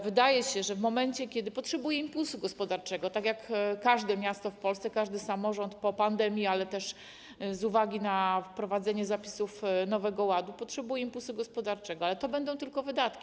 Wydaje się, że w momencie kiedy miasto potrzebuje impulsu gospodarczego - tak jak każde miasto w Polsce, każdy samorząd po pandemii, ale też z uwagi na wprowadzenie zapisów Nowego Ładu potrzebuje impulsu gospodarczego - będą tylko wydatki.